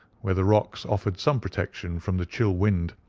where the rocks offered some protection from the chill wind,